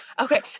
Okay